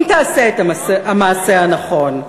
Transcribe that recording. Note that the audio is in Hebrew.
אם תעשה את המעשה הנכון.